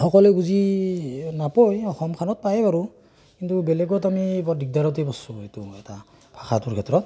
সকলোৱে বুজি নাপায় অসমখনত পায় বাৰু কিন্তু বেলেগত আমি বৰ দিগদাৰতে পৰিছোঁ এইটো এটা ভাষাটোৰ ক্ষেত্ৰত